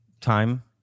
time